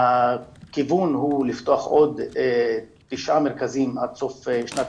הכיוון הוא לפתוח עוד תשעה מרכזים עד סוף שנת